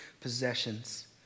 possessions